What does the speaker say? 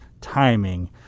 timing